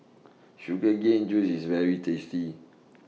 Sugar Cane Juice IS very tasty